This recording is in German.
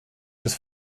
des